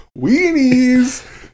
weenies